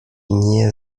nie